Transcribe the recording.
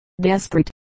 desperate